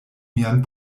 mian